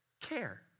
care